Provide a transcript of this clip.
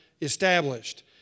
established